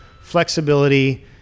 flexibility